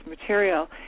material